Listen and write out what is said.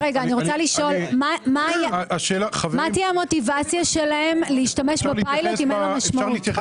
מה תהיה המוטיבציה שלהם להשתמש בפיילוט אם אין לה משמעות?